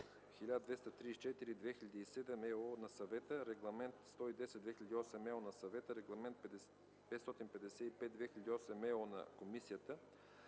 1234/2007/ЕО на Съвета, Регламент 110/2008/ЕО на Съвета, Регламент 555/2008/ЕО на Комисията,